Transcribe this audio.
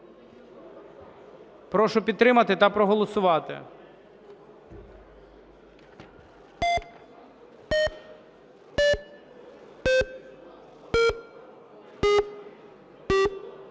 Прошу підтримати та проголосувати.